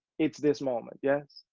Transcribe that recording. it's this moment. yes?